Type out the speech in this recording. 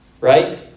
Right